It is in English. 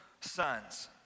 sons